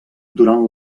durant